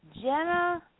Jenna